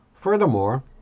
Furthermore